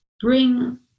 bring